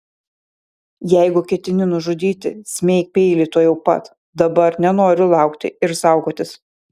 jeigu ketini nužudyti smeik peilį tuojau pat dabar nenoriu laukti ir saugotis